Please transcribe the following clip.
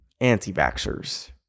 anti-vaxxers